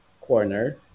corner